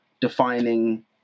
defining